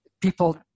people